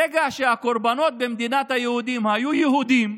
ברגע שהקורבנות במדינת היהודים היו יהודים,